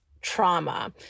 trauma